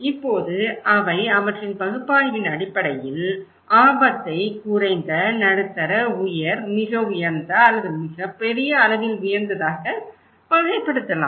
இப்போது அவை அவற்றின் பகுப்பாய்வின் அடிப்படையில் ஆபத்தை குறைந்த நடுத்தர உயர் மிக உயர்ந்த அல்லது மிகப்பெரிய அளவில் உயர்ந்ததாக வகைப்படுத்தலாம்